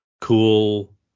cool